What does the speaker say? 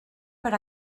per